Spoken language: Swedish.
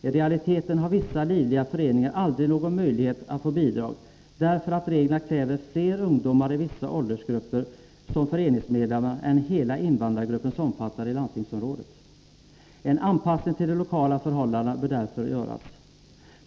I realiteten har en del livaktiga föreningar — Nr 11 aldrig någon möjlighet att få bidrag därför att reglerna kräver fler ungdomar i Torsdagen den vissa åldersgrupper som föreningsmedlemmar än vad hela invandrargruppen 20 oktober 1983 omfattar i landstingsområdet. En anpassning till de lokala förhållandena bör därför göras.